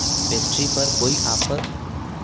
pastry पर कोई offer